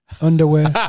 underwear